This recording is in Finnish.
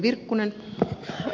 arvoisa puhemies